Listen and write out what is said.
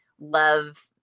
love